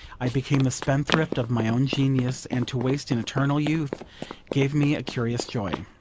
i became the spendthrift of my own genius, and to waste an eternal youth gave me a curious joy.